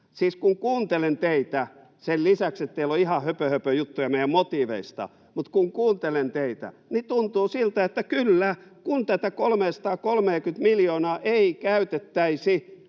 Siis kun kuuntelen teitä, niin — sen lisäksi, että teillä on ihan höpöhöpöjuttuja meidän motiiveista — tuntuu siltä, että kyllä, kun tätä 330:tä miljoonaa ei käytettäisi